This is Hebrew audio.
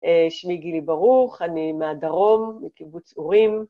שמי גילי ברוך, אני מהדרום, מקיבוץ אורים.